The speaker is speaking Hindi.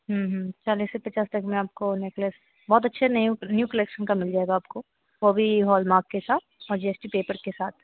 हूँ हूँ चालीस से पचास तक में आपको नेकलेस बहुत अच्छे न्यू न्यू कलेक्शन का मिल जाएगा आपको वह भी हॉलमार्क के साथ और जी एस टी पेपर के साथ